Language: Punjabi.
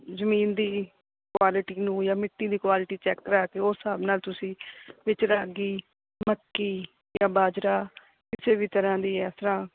ਜਮੀਨ ਦੀ ਕੁਆਲਟੀ ਨੂੰ ਜਾਂ ਮਿੱਟੀ ਦੀ ਕੁਆਲਟੀ ਚੈੱਕ ਕਰਾ ਕੇ ਉਸ ਸਾਬ ਨਾਲ ਤੁਸੀਂ ਵਿੱਚ ਰਾਗੀ ਮੱਕੀ ਜਾਂ ਬਾਜਰਾ ਕਿਸੇ ਵੀ ਤਰ੍ਹਾਂ ਦੀ